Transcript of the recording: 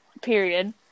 period